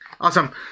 Awesome